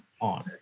on